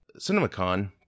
CinemaCon